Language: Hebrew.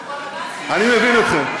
אני מבין אתכם.